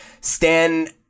Stan